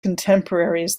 contemporaries